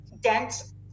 dense